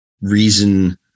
reason